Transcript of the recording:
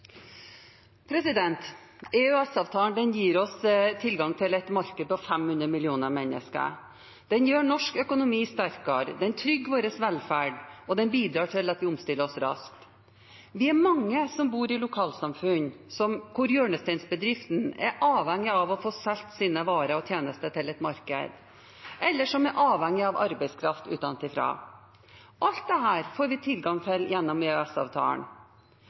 millioner mennesker. Den gjør norsk økonomi sterkere, den trygger vår velferd, og den bidrar til at vi omstiller oss raskt. Vi er mange som bor i lokalsamfunn der hjørnesteinsbedriften er avhengig av å få solgt sine varer og tjenester til et marked, eller som er avhengig av arbeidskraft utenfra. Alt dette får vi tilgang til gjennom